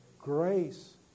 Grace